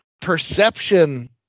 perception